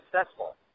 successful